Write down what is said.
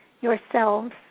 yourselves